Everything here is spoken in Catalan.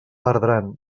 perdran